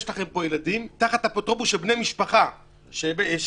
יש לכם פה ילדים תחת אפוטרופוס של בני משפחה מעל